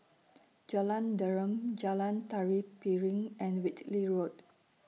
Jalan Derum Jalan Tari Piring and Whitley Road